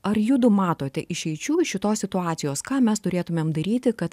ar judu matote išeičių iš šitos situacijos ką mes turėtumėm daryti kad